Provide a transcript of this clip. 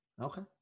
Okay